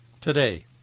today